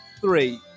three